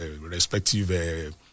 respective